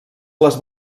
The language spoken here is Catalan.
les